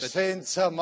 senza